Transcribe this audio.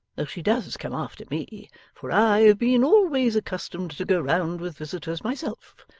though she does come after me for i've been always accustomed to go round with visitors myself,